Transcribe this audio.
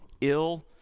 ill